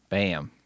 Bam